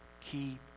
keep